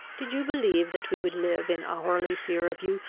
did you believe that we would live in hourly fear of you,